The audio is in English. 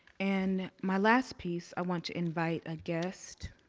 and my last piece i want to invite a guest,